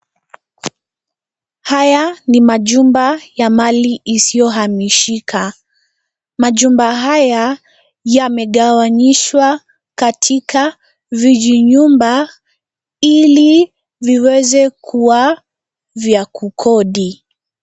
Haya ni majumba ya mali isiyo hamishika majumba haya yamegawanyishwa katika vijinyumba ili viweze kuwa vya kukodi.